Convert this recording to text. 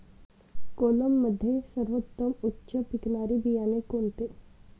कोलममध्ये सर्वोत्तम उच्च पिकणारे बियाणे कोणते?